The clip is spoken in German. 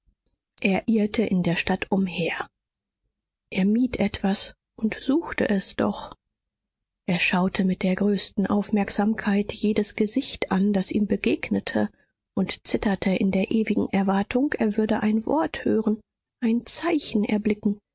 er irrte in der stadt umher er mied etwas und suchte es doch er schaute mit der größten aufmerksamkeit jedes gesicht an das ihm begegnete und zitterte in der ewigen erwartung er würde ein wort hören ein zeichen erblicken